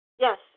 Yes